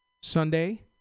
Sunday